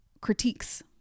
critiques